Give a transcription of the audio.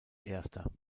erster